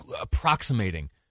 approximating